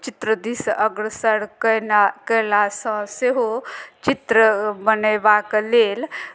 चित्र दिस अग्रसर कयला कयलासँ सेहो चित्र बनेबाक लेल